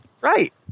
Right